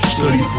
Study